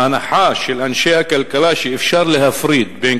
ההנחה של אנשי הכלכלה שאפשר להפריד בין